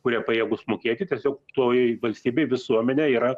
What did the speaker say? kurie pajėgūs mokėti tiesiog toj valstybėj visuomenė yra